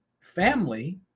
family